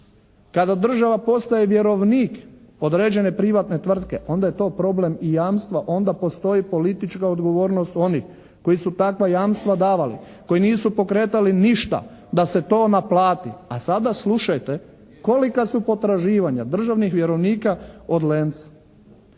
kada država postaje vjerovnik određene privatne tvrtke onda je to problem i jamstva. Onda postoji politička odgovornost onih koji su takva jamstva davali. Koji nisu pokretali ništa da se to naplati. A sada slušajte kolika su potraživanja državnih vjerovnika od "Lenca".